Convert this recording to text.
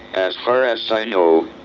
as far as i know.